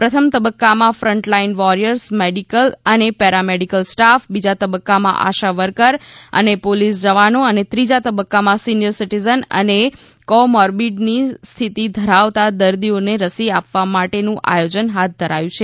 પ્રથમ તબક્કામાં frontline warriors medical અને પેરામેડિકલ સ્ટાફ બીજા તબક્કામાં આશા વર્કર અને પોલીસ જવાનો અને ત્રીજા તબક્કામાં સિનિયર સિટિઝન અને કો મોર્બિડની સ્થિતિ ધરાવતા દર્દીઓને રસી આપવા માટેનું આયોજન હાથ ધરાયું છે